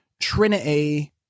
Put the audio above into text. trinity